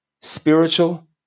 spiritual